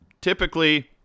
typically